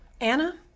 Anna